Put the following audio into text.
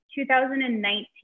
2019